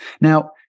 now